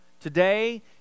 Today